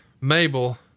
Mabel